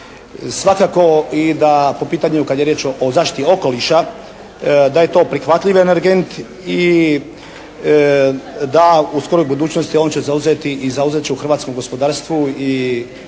Svakako i da po pitanju kad je riječ o zaštiti okoliša da je to prihvatljivi energent i da u skoroj budućnosti on će zauzeti i zauzet će u hrvatskom gospodarstvu i,